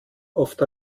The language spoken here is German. oft